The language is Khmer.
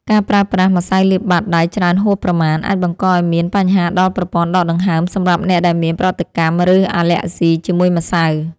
ការប្រើប្រាស់ម្សៅលាបបាតដៃច្រើនហួសប្រមាណ អាចបង្កឱ្យមានបញ្ហាដល់ប្រព័ន្ធដកដង្ហើមសម្រាប់អ្នកដែលមានប្រតិកម្ម ឬអាឡែស៊ីជាមួយម្សៅ។